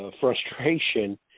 frustration